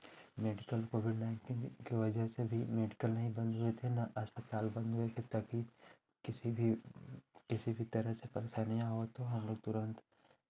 medical covid nineteen की वजह से मेडिकल नहीं बंद हुए थे ना अस्पताल बंद हुए थे ताकि किसी भी किसी भी तरह से परेशानियाँ हो तो हम लोग तुरंत